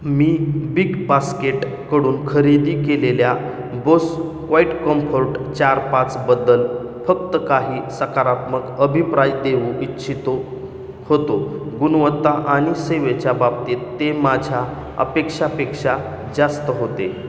मी big बास्केटकडून खरेदी केलेल्या बोस क्वाइटकम्फोर्ट चार पाचबद्दल फक्त काही सकारात्मक अभिप्राय देऊ इच्छित होतो गुणवत्ता आणि सेवेच्या बाबतीत ते माझ्या अपेक्षांपेक्षा जास्त होते